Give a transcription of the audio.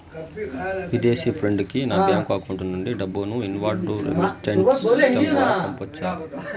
విదేశీ ఫ్రెండ్ కి నా బ్యాంకు అకౌంట్ నుండి డబ్బును ఇన్వార్డ్ రెమిట్టెన్స్ సిస్టం ద్వారా పంపొచ్చా?